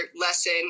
lesson